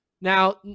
Now